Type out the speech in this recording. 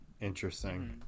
Interesting